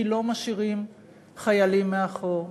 כי לא משאירים חיילים מאחור.